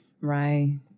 Right